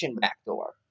backdoor